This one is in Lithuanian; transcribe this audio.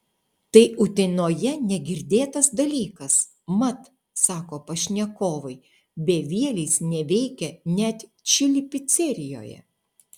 tai utenoje negirdėtas dalykas mat sako pašnekovai bevielis neveikia net čili picerijoje